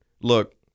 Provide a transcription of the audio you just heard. look